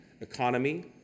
economy